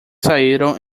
saíram